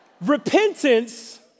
Repentance